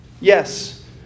Yes